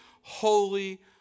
holy